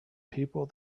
people